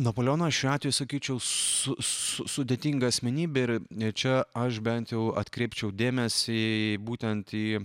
napoleonas šiuo atveju sakyčiau su su sudėtinga asmenybė ir čia aš bent jau atkreipčiau dėmesį būtent į